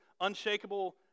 unshakable